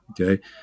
Okay